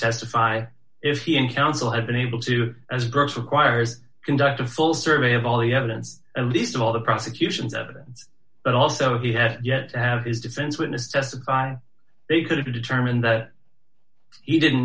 testify if he in counsel had been able to as groups requires conduct a full survey of all the evidence and least of all the prosecution's evidence but also he had yet to have his defense witness testify they could have determined that he didn't